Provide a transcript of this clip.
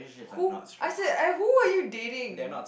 who I said I who are you dating